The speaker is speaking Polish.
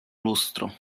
lustro